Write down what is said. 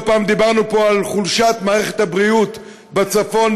לא פעם דיברנו פה על חולשת מערכת הבריאות בצפון,